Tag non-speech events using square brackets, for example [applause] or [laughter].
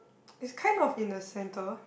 [noise] it's kind of in the center